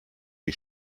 die